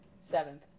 Seventh